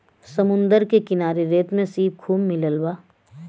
समुंदर के किनारे रेत में सीप खूब मिलत बा